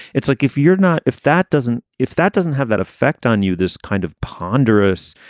it's like if you're not if that doesn't if that doesn't have that effect on you, this kind of ponderous,